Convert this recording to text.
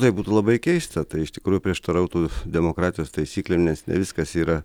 tai būtų labai keista tai iš tikrųjų prieštarautų demokratijos taisyklėm nes ne viskas yra